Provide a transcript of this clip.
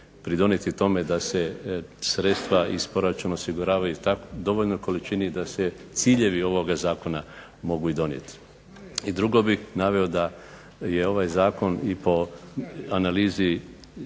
pridonijeti tome da se sredstva iz proračuna osiguravaju u dovoljnoj količini da se ciljevi ovoga zakona mogu i donijeti. I drugo bi naveo da je ovaj zakon i po analizi